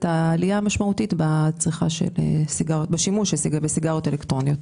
את העלייה המשמעותית בשימוש בסיגריות אלקטרוניות.